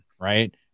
right